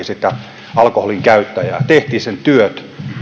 sitä alkoholin käyttäjää suojeltiin tehtiin sen työt